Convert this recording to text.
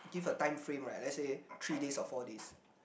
give a time frame ah like let's say three days or four days